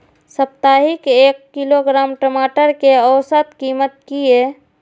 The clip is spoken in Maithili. साप्ताहिक एक किलोग्राम टमाटर कै औसत कीमत किए?